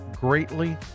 greatly